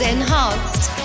Enhanced